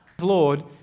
Lord